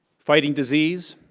fighting disease,